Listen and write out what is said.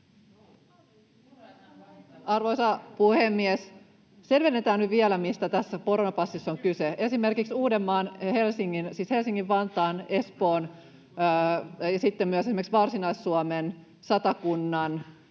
Arvoisa puhemies! Selvennetään nyt vielä, mistä tässä koronapassissa on kyse. Esimerkiksi Helsinki, Vantaa, Espoo ja myös esimerkiksi Varsinais-Suomi ja Satakunta